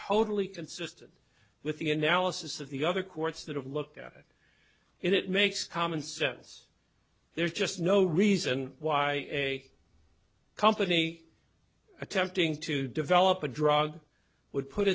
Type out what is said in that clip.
totally consistent with the analysis of the other courts that have looked at it it makes common sense there's just no reason why a company attempting to develop a drug would put